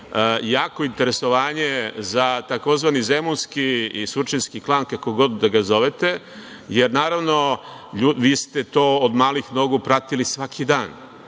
jako interesovanje za tzv. zemunski i surčinski klan, kako god da ga zovete, jer naravno vi ste to od malih nogu pratili svaki dan.